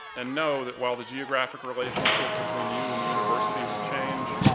and know that while the geographic relationship between you and the university will change,